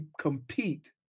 compete